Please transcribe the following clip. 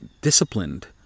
disciplined